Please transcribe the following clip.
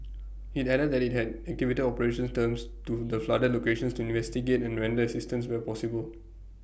IT added that IT had activated operations terms to the flooded locations to investigate and render assistance where possible